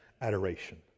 adoration